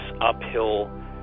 uphill